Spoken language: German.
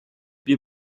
wir